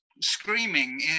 screaming